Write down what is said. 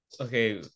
Okay